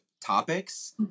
topics